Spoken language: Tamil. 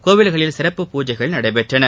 கோயில்களில் சிறப்பு பூஜைகள் நடைபெற்றன